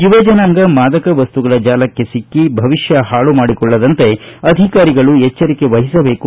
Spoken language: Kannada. ಯುವ ಜನಾಂಗ ಮಾದಕ ವಸ್ತುಗಳ ಜಾಲಕ್ಕೆ ಸಿಕ್ಕಿ ಭವಿಷ್ಠ ಹಾಳು ಮಾಡಿಕೊಳ್ಳದಂತೆ ಅಧಿಕಾರಿಗಳು ಎಚ್ಚರಿಕೆ ವಹಿಸಬೇಕು